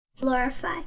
glorify